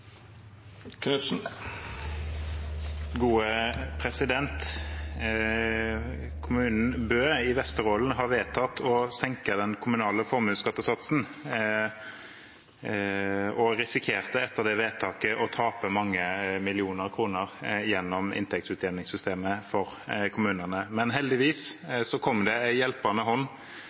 Kommunen Bø i Vesterålen vedtok å senke den kommunale formuesskattesatsen og risikerte etter det vedtaket å tape mange millioner kroner gjennom inntektsutjevningssystemet for kommunene. Men heldigvis kom det en hjelpende hånd